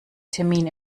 termin